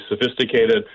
sophisticated